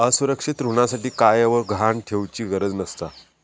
असुरक्षित ऋणासाठी कायव गहाण ठेउचि गरज नसता